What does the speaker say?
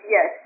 Yes